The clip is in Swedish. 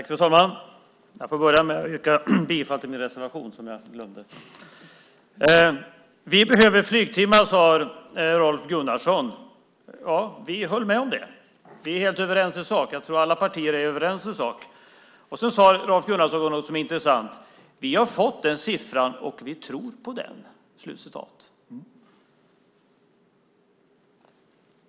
Fru talman! Jag får börja med att yrka bifall till min reservation, som jag glömde att göra. Vi behöver flygtimmar, sade Rolf Gunnarsson. Ja, vi håller med om det. Vi är helt överens i sak, och jag tror att alla partier är överens i sak. Sedan sade Rolf Gunnarsson något som är intressant: Vi har fått den siffran och vi tror på den.